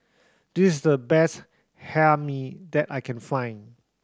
this the best Hae Mee that I can find